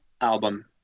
album